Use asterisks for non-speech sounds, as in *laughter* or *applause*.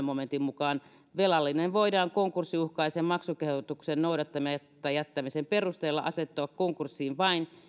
*unintelligible* momentin mukaan velallinen voidaan konkurssiuhkaisen maksukehotuksen noudattamatta jättämisen perusteella asettaa konkurssiin vain